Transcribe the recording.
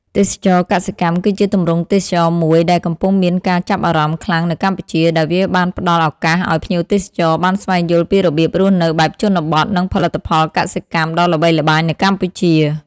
ទេសចរណ៍កសិកម្មគឺជាទម្រង់ទេសចរណ៍មួយដែលកំពុងមានការចាប់អារម្មណ៍ខ្លាំងនៅកម្ពុជា ដោយវាបានផ្ដល់ឱកាសឱ្យភ្ញៀវទេសចរបានស្វែងយល់ពីរបៀបរស់នៅបែបជនបទ និងផលិតផលកសិកម្មដ៏ល្បីល្បាញនៅកម្ពុជា ។